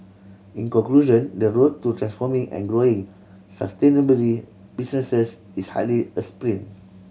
in conclusion the road to transforming and growing sustainably businesses is hardly a sprint